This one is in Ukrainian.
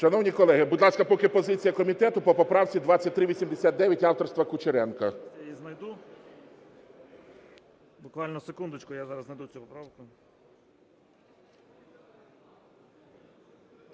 Шановні колеги, будь ласка, поки позиція комітету по поправці 2389 авторства Кучеренка.